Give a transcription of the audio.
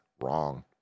wrong